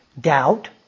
Doubt